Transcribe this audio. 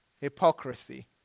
hypocrisy